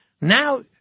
now